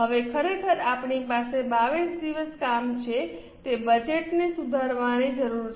હવે ખરેખર આપણી પાસે 22 દિવસ કામ છે તે બજેટને સુધારવાની જરૂર છે